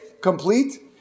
Complete